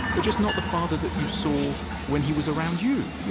but just not the father that you saw when he was around you.